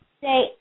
say